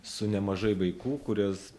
su nemažai vaikų kuris